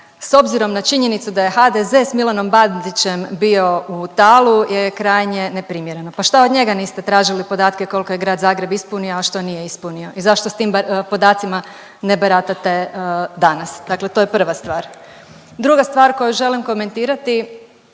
S obzirom na činjenicu da je HDZ sa Milanom Bandićem bio u talu je krajnje neprimjereno. Pa šta od njega niste tražili podatke koliko je grad Zagreb ispunio, a što nije ispunio i zašto s tim podacima ne baratate danas? Dakle, to je prva stvar. Druga stvar koju želim komentirati